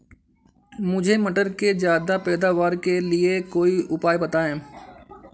मुझे मटर के ज्यादा पैदावार के लिए कोई उपाय बताए?